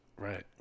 Right